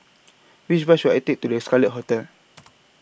Which Bus should I Take to The Scarlet Hotel